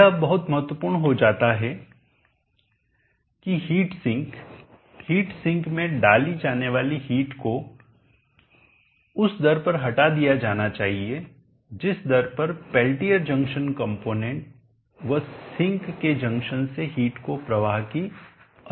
यह अब बहुत महत्वपूर्ण हो जाता है कि हीट सिंक हीट सिंक में डाली जाने वाली हीट को उस दर पर हटा दिया जाना चाहिए जिस दर पर पेल्टियर जंक्शन कंपोनेंट व सिंक के जंक्शन से हीट को प्रवाह की अनुमति दे रहा है